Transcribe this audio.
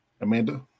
Amanda